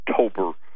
October